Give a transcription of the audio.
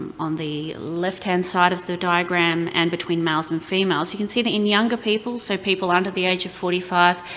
on the left-hand side of the diagram, and between males and females, you can see that in younger people, so people under the age of forty five,